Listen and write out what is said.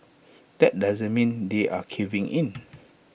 but that doesn't mean they're caving in